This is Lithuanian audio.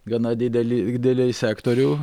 gana didelį indėlį į sektorių